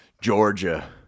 Georgia